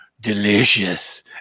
delicious